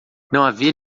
havia